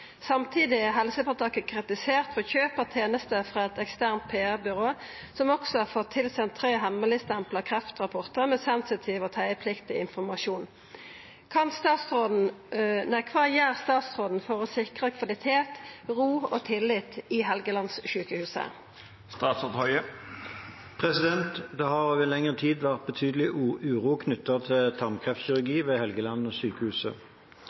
Samtidig er helseføretaket kritisert for kjøp av tenester frå eit eksternt PR-byrå, som også hadde fått tilsendt tre hemmelegstempla kreftrapportar med sensitiv og teiepliktig informasjon. Kva gjer statsråden for å sikra kvalitet, ro og tillit i Helgelandssjukehuset?» Det har over lengre tid vært betydelig uro knyttet til tarmkreftkirurgi ved Helgelandssykehuset. Det har vært og